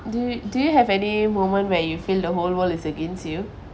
do do you have any moment where you feel the whole world is against you